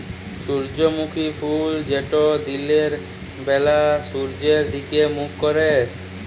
সূর্যমুখী ফুল যেট দিলের ব্যালা সূর্যের দিগে মুখ ক্যরে